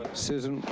susan,